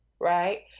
right